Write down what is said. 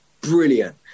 brilliant